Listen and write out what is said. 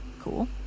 cool